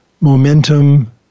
momentum